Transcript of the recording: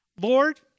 Lord